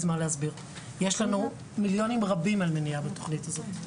יש לנו מיליונים רבים על מניעה בתכנית הזאת.